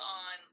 on